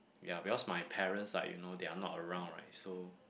ya because my parents like you know they are not around right so